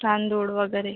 तांदूळ वगैरे